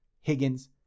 Higgins